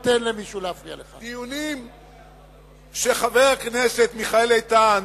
דיונים שחבר הכנסת מיכאל איתן,